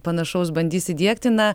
panašaus bandys įdiegti na